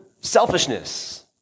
selfishness